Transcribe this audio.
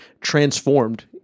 transformed